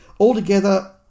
Altogether